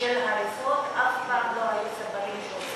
של ההריסות אף פעם לא היו סבלים שהוציאו,